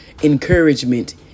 Encouragement